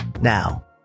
Now